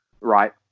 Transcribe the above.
Right